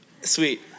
sweet